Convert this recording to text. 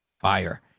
fire